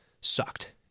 sucked